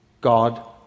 God